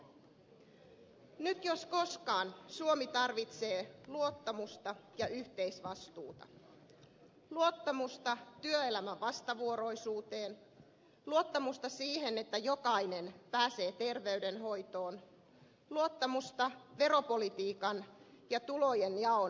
nyt jos koskaan suomi tarvitsee luottamusta ja yhteisvastuuta luottamusta työelämän vastavuoroisuuteen luottamusta siihen että jokainen pääsee terveydenhoitoon luottamusta veropolitiikan ja tulonjaon oikeudenmukaisuuteen